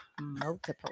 Multiple